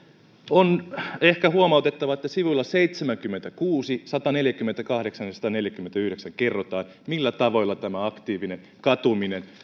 on ehkä huomautettava että sivuilla seitsemänkymmentäkuusi sataneljäkymmentäkahdeksan ja sataanneljäänkymmeneenyhdeksään kerrotaan millä tavoilla tämä aktiivinen katuminen